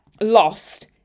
lost